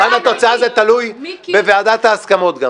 מבחן התוצאה תלוי גם בוועדת ההסכמות.